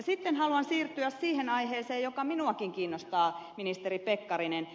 sitten haluan siirtyä siihen aiheeseen joka minuakin kiinnostaa ministeri pekkarinen